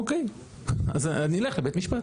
אוקיי, אז נלך לבית משפט.